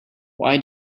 why